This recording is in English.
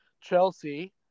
Chelsea